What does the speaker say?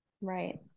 right